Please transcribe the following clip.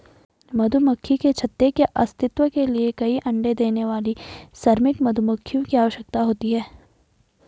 मधुमक्खी के छत्ते के अस्तित्व के लिए कई अण्डे देने वाली श्रमिक मधुमक्खियों की आवश्यकता होती है